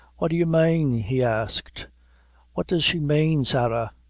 what do you mane? he asked what does she mane, sarah?